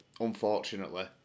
Unfortunately